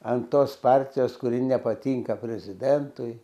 ant tos partijos kuri nepatinka prezidentui